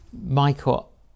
Michael